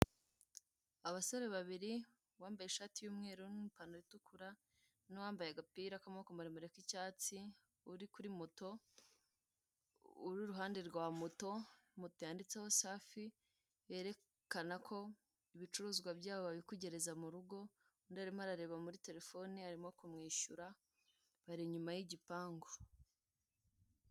Abasore babiri, uwambaye ishati y'umweru n'ipantaro itukura n'uwambaye agapira k'amaboko maremure k'icyatsi uri kuri moto, uri iruhande rwa moto, moto yanditseho Safi berekana ko ibicuruzwa byabo babikugereza mu rugo, undi arimo arareba muri terefone, arimo kumwishyura bari inyuma y'igipangu.